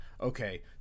Okay